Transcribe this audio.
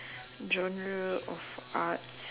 genre of arts